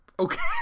Okay